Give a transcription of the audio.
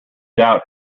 doubt